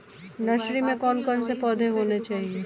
Nursery में कौन कौन से पौधे होने चाहिए?